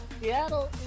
Seattle